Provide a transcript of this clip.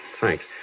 Thanks